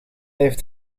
heeft